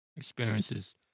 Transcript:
experiences